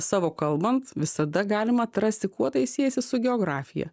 savo kalbant visada galima atrasti kuo tai siejasi su geografija